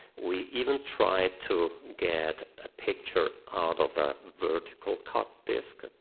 we even try to get a picture out of a vertical cut disc,